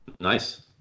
Nice